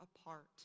apart